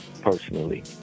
Personally